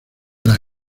las